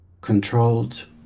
controlled